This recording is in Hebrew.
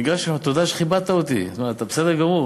הוא ניגש אליו: תודה שכיבדת אותי, אתה בסדר גמור.